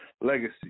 legacy